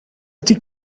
ydy